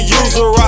user